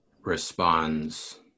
responds